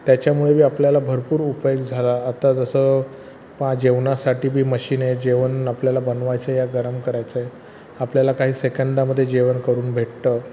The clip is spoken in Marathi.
त्याच्यामुळे बी आपल्याला भरपूर उपयोग झाला आत्ता जसं पहा जेवणासाठी बी मशीन आहे जेवण आपल्याला बनवायचं या गरम करायचं आहे आपल्याला काही सेकंदामध्ये जेवण करून भेटतं